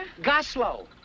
Goslow